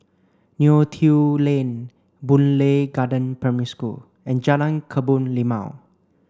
Neo Tiew Lane Boon Lay Garden Primary School and Jalan Kebun Limau